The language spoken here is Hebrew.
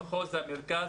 הרחבנו חלקית במחוז מרכז,